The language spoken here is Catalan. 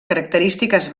característiques